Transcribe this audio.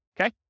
okay